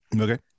Okay